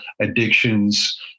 addictions